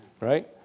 right